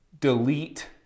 delete